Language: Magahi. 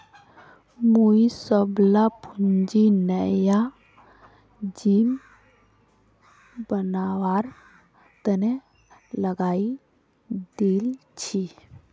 मुई सबला पूंजी नया जिम बनवार तने लगइ दील छि